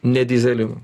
ne dyzelinu